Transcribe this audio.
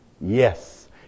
Yes